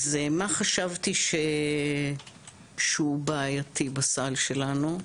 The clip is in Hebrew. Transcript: מה חשבתי שהוא בעייתי בסל שלנו?